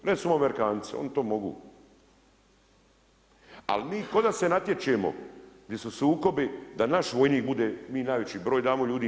Recimo Amerikanci, oni to mogu ali mi ko' da se natječemo di su sukobi da naš vojnik bude, mi najveći broj damo ljudi.